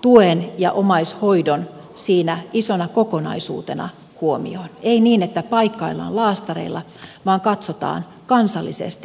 tuen ja omaishoidon siinä isona kokonaisuutena huomioon ei niin että paikkaillaan laastareilla vaan katsotaan kansallisesti kokonaisuutena tätä asiaa